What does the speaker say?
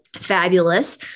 fabulous